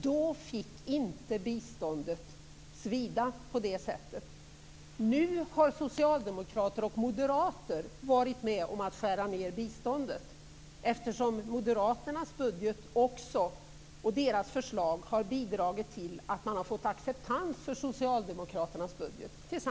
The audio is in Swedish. Då blev biståndet inte lidande på det här sättet. Nu har socialdemokrater och moderater varit överens om att skära ned biståndet, eftersom moderaternas förslag och budget och Centerpartiet har bidragit till att socialdemokraterna har fått acceptans för sin budget.